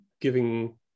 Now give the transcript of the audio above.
giving